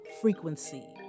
Frequency